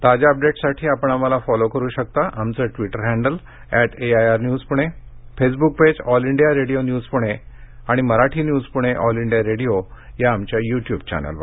ताज्या अपडेट्ससाठी आपण आम्हाला फॉलो करु शकता आमचं Twitter handle at AIR news Pune Facebook page all India radio news Pune आणि Marathi news Pune all India radio या आमच्या युट्युब चॅनेलवर